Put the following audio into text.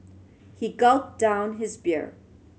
he gulped down his beer